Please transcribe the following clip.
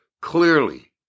clearly